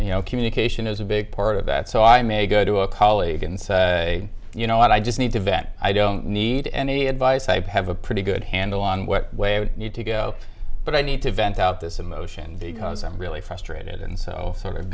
you know communication is a big part of that so i may go to a colleague and say you know what i just need to vent i don't need any advice i have a pretty good handle on what way i would need to go but i need to vent out this emotion because i'm really frustrated and so sort of